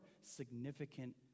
significant